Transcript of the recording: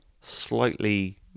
slightly